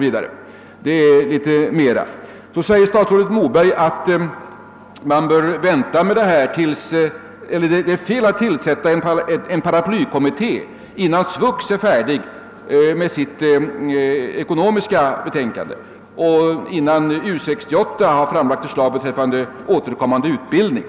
Detta täcker litet mera. Nu säger statsrådet Moberg att det är fel att tillsätta en paraplykommitté innan SVUX är färdigt med sitt ekonomiska betänkande och innan U 68 framlagt förslag beträffande återkommande utbildning.